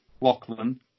Lachlan